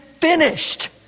finished